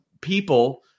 people